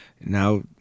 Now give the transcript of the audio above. now